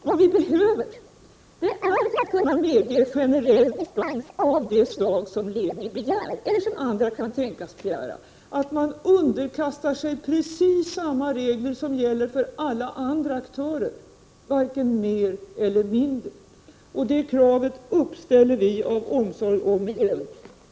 Vad som behövs för att vi skall kunna medge en generell dispens av det slag som Lemi begär, eller som andra kan tänkas begära, är att man underkastar sig precis samma regler som gäller för alla andra aktörer, varken mer eller mindre. Det kravet uppställer vi av omsorg om miljön.